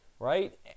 Right